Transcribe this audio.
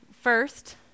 first